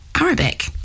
Arabic